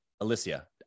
Alicia